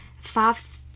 five